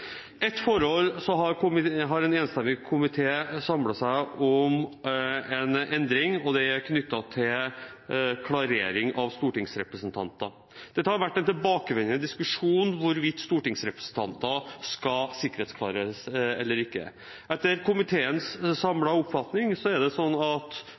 En enstemmig komité har samlet seg om en endring, og den er knyttet til klarering av stortingsrepresentanter. Det har vært en tilbakevendende diskusjon hvorvidt stortingsrepresentanter skal sikkerhetsklareres eller ikke. Etter komiteens